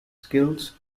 skills